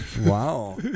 Wow